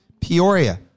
Peoria